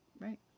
Right